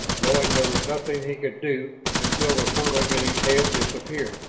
knowing there was nothing he could do until the whirling in his head disappeared.